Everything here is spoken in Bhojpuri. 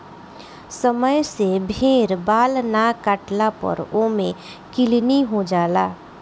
समय से भेड़ बाल ना काटला पर ओमे किलनी हो जाला